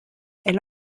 elle